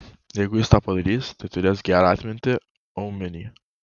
jeigu jis tą padarys tai turės gerą atmintį aumenį